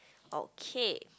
okay